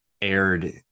aired